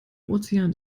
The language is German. ozean